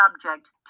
subject